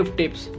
tips